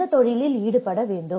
எந்த தொழிலில் ஈடுபட வேண்டும்